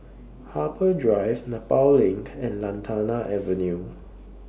Harbour Drive Nepal LINK and Lantana Avenue